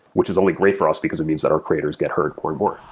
which is only great for us, because it means that our creators get heard more and more.